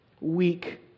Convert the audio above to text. weak